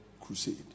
crusade